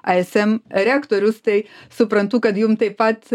ism rektorius tai suprantu kad jum taip pat